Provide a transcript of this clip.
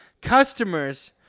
Customers